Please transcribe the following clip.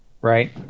right